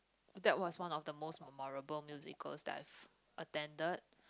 that was one of the most memorable musicals that I've attended